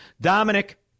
Dominic